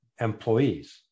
employees